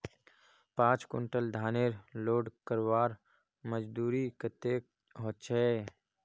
पाँच कुंटल धानेर लोड करवार मजदूरी कतेक होचए?